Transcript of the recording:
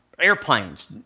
airplanes